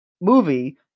movie